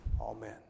Amen